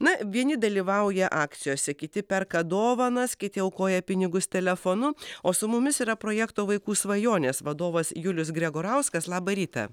na vieni dalyvauja akcijose kiti perka dovanas kiti aukoja pinigus telefonu o su mumis yra projekto vaikų svajonės vadovas julius gregorauskas labą rytą